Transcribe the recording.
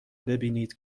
ببینید